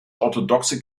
orthodoxe